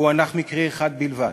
פוענח מקרה אחד בלבד.